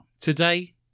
Today